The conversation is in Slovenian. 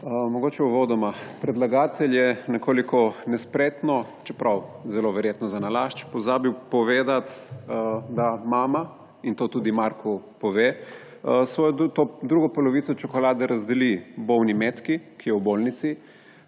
Mogoče uvodoma. Predlagatelj je nekoliko nespretno, čeprav zelo verjetno zanalašč, pozabil povedati, da mama, in to tudi Marku pove, to drugo polovico čokolade razdeli bolni Metki, ki je v bolnici,